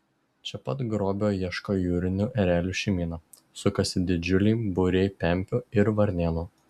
čia pat grobio ieško jūrinių erelių šeimyna sukasi didžiuliai būriai pempių ir varnėnų